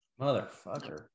Motherfucker